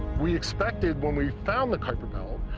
we expected, when we found the kuiper belt,